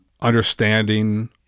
understanding